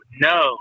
no